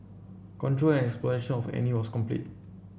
control and exploitation of Annie was complete